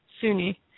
Sunni